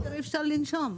אי אפשר לנשום.